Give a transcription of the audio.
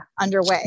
underway